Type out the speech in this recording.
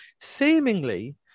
Seemingly